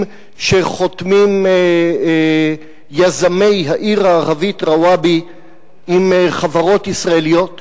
שחותמים יזמי העיר הערבית רוואבי עם חברות ישראליות.